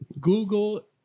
Google